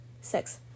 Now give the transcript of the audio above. six